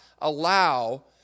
allow